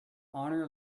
honor